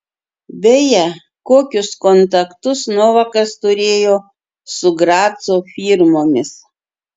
beje kokius kontaktus novakas turėjo su graco firmomis